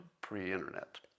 pre-internet